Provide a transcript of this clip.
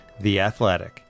theathletic